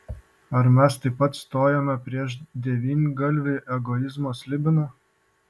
ar mes taip pat stojome prieš devyngalvį egoizmo slibiną